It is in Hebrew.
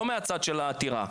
לא מהצד של העתירה.